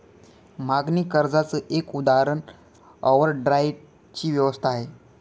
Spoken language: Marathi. मागणी कर्जाच एक उदाहरण ओव्हरड्राफ्ट ची व्यवस्था आहे